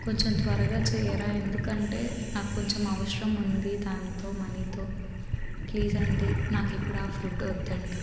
కొంచెం త్వరగా చేయ్యండి ఎందుకంటే నాకు కొంచెం అవసరం ఉంది దాంతో మనీతో ప్లీజ్ అండి నాకు ఇప్పుడు ఆ ఫుడ్ వద్దు అండి